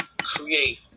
create